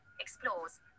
explores